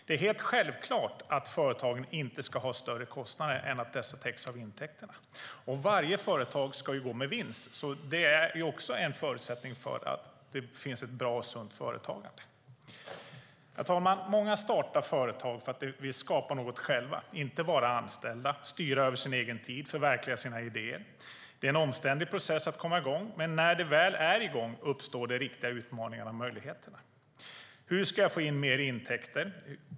Det är helt självklart att företagen inte ska ha större kostnader än att dessa täcks av intäkterna. Varje företag ska ju gå med vinst. Det är också en förutsättning för ett bra och sunt företagande. Herr talman! Många startar företag för att de vill skapa något själva, inte vara anställda. De vill styra över sin egen tid och förverkliga sina idéer. Det är en omständlig process att komma i gång, men när den väl är i gång uppstår de riktiga utmaningarna och möjligheterna. Hur ska jag få in mer intäkter?